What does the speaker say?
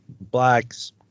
blacks